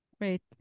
Great